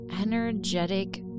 energetic